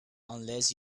unless